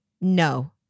no